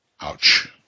Ouch